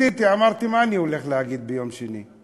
אמרתי: מה אני הולך להגיד ביום שני?